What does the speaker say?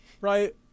right